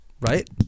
Right